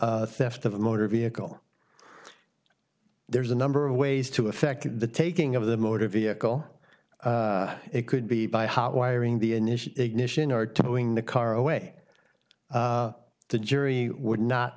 a motor vehicle there's a number of ways to affect the taking of the motor vehicle it could be by hard wiring the initial ignition or toppling the car away the jury would not